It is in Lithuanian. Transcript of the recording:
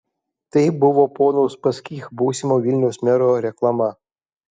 tai buvo pono uspaskich būsimo vilniaus mero reklama